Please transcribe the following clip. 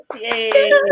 Yay